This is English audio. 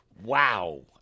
Wow